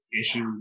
issues